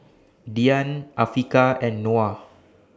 Dian Afiqah and Noah